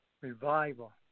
revival